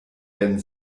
ben